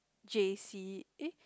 J_C eh